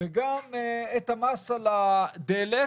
וגם את המס על הדלק,